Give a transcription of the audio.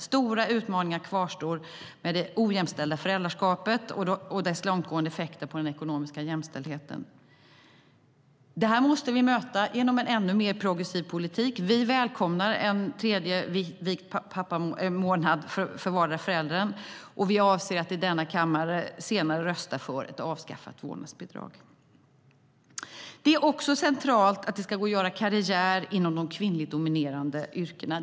Stora utmaningar kvarstår med det ojämställda föräldraskapet och dess långtgående effekter på den ekonomiska jämställdheten. Det är centralt att det ska gå att göra karriär inom de kvinnligt dominerade yrkena.